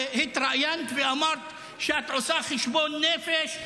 והתראיינת ואמרת שאת עושה חשבון נפש,